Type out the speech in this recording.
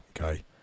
okay